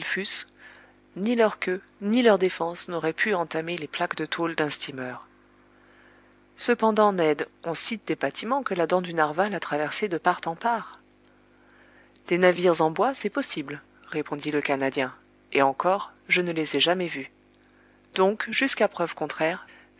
ni leurs queues ni leurs défenses n'auraient pu entamer les plaques de tôle d'un steamer cependant ned on cite des bâtiments que la dent du narwal a traversés de part en part des navires en bois c'est possible répondit le canadien et encore je ne les ai jamais vus donc jusqu'à preuve contraire